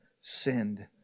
sinned